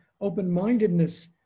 open-mindedness